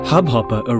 Hubhopper